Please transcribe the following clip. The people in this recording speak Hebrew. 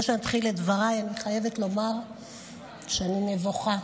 לפני שאני אתחיל את דבריי אני חייבת לומר שאני נבוכה.